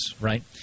right